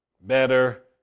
better